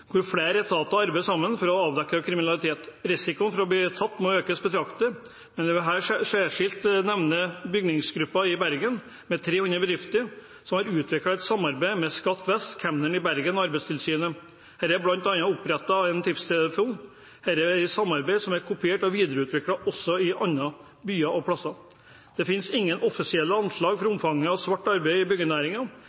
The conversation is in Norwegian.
hvor flere etater jobber sammen for å avdekke kriminalitet. Risikoen for å bli tatt må økes betraktelig. Jeg vil her særskilt nevne Bygningsgruppen Bergen med 300 bedrifter, som har utviklet et samarbeid med Skatt vest, Kemneren i Bergen og Arbeidstilsynet. Her er det bl.a. opprettet en tipstelefon. Dette er et samarbeid som er kopiert og videreutviklet også i andre byer og på andre plasser. Det finnes ingen offisielle anslag for